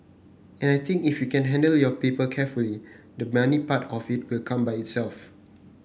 and I think if you can handle your people carefully the money part of it will come by itself